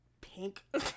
pink